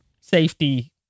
safety